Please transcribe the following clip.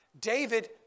David